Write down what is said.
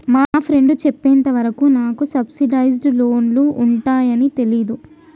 మా ఫ్రెండు చెప్పేంత వరకు నాకు సబ్సిడైజ్డ్ లోన్లు ఉంటయ్యని తెలీదు